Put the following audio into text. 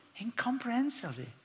Incomprehensibly